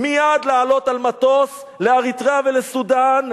מייד להעלות על מטוס לאריתריאה ולסודן,